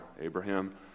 Abraham